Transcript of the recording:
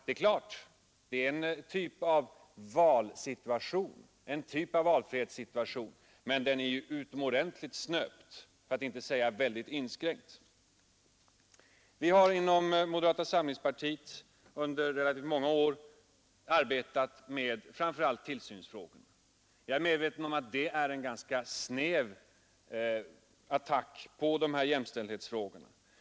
Det är naturligtvis en typ av valfrihet, men den är ju utomordentligt snöpt, för att inte säga väldigt inskränkt. Vi har inom moderata samlingspartiet under många år arbetat med framför allt tillsynsfrågorna. Jag är medveten om att det utgör en ganska snäv attack på dessa jämställdhetsfrågor.